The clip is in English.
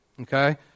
Okay